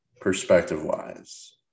perspective-wise